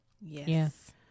Yes